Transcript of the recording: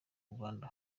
rwanda